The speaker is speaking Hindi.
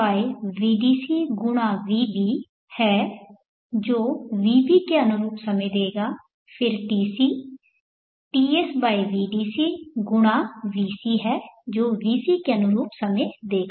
tb Tsvdc गुणा vb tbTsvdc×vb है जो vb के अनुरूप समय देगा फिर tc Ts vdc × vc है जो vc के अनुरूप समय देगा